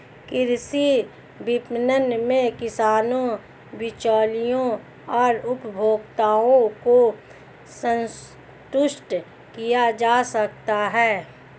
कृषि विपणन में किसानों, बिचौलियों और उपभोक्ताओं को संतुष्ट किया जा सकता है